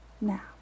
Now